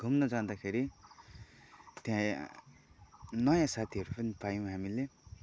घुम्न जाँदाखेरि त्यहाँ नयाँ साथीहरू पनि पायौँ हामीले